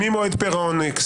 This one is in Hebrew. ממועד פירעון x.